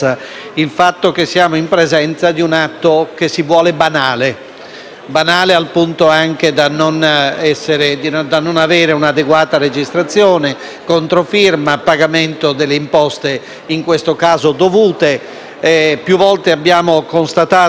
banale, al punto anche da non avere un'adeguata registrazione, controfirma o pagamento delle imposte che, in questo caso, sono dovute. Più volte abbiamo contestato l'assenza del registro nazionale. Ma,